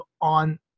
on